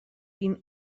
been